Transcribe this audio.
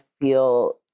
feel